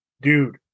dude